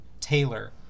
taylor